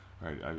Right